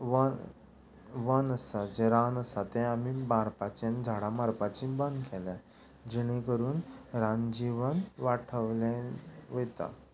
one वन आसा जें रान आसा तें आमी मारपाचें झाडां मारपाचीं बंद केल्या जिणे करून रानजिवन वाठवलें वयता